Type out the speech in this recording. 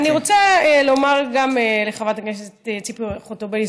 אני רוצה לומר גם לחברת הכנסת ציפי חוטובלי,